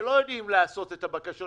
שלא יודעים לעשות את הבקשות,